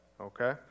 Okay